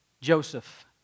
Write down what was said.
Joseph